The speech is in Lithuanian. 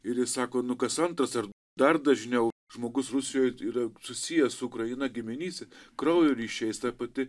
ir ji sako nu kas antras ar dar dažniau žmogus rusijoj yra susijęs su ukraina giminyste kraujo ryšiais ta pati